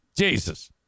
Jesus